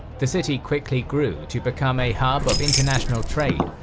the city quickly grew to become a hub of international trade,